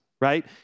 right